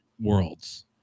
worlds